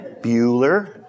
Bueller